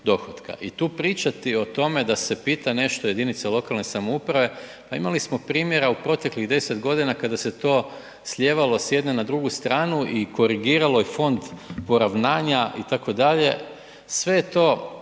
I tu pričati o tome da se pita nešto jedinice lokalne samouprave, pa imali smo primjera u proteklih 10 godina kada se to slijevalo s jedne na drugu stranu i korigiralo i Fond poravnanja itd., sve je to